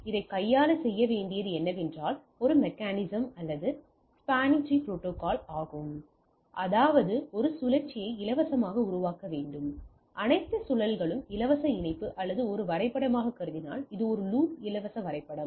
இதைக் கையாள செய்ய வேண்டியது என்னவென்றால் ஒரு மெக்கானிசம் அல்லது பரந்த ஸ்பின்னிங் ட்ரீ ப்ரோடோகால் கொண்டிருக்க வேண்டும் அதாவது ஒரு சுழற்சியை இலவசமாக உருவாக்க வேண்டும் அனைத்து சுழல்களும் இலவச இணைப்பு அல்லது ஒரு வரைபடமாகக் கருதினால் இது ஒரு லூப் இலவச வரைபடம்